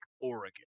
Oregon